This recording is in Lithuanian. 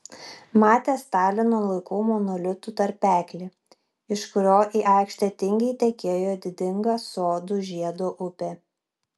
matė stalino laikų monolitų tarpeklį iš kurio į aikštę tingiai tekėjo didinga sodų žiedo upė